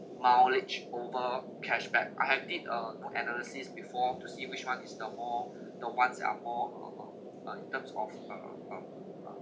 mileage over cash back I have did a full analysis before to see which one is the more the ones that are more uh um uh in terms of uh um um